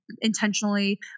intentionally